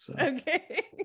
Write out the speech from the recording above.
Okay